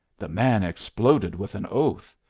the man exploded with an oath.